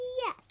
Yes